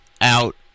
out